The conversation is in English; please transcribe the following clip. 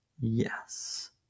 Yes